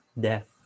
death